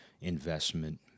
investment